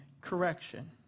correction